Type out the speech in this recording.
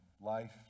life